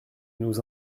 nous